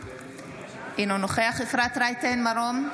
אינו נוכח אפרת רייטן מרום,